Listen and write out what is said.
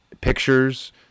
pictures